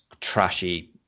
trashy